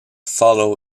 follow